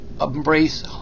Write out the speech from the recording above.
embrace